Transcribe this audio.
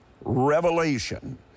revelation